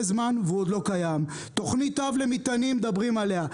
זמן והוא עוד לא קיים; תכנית אב למטענים מדברים עליה,